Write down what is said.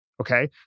okay